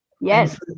yes